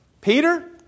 Peter